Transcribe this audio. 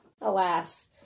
Alas